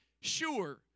sure